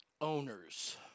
Owners